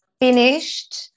finished